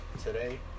today